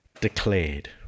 declared